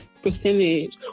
percentage